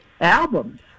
albums